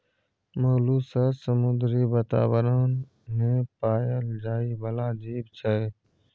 molluscs समुद्री बातावरण मे पाएल जाइ बला जीब छै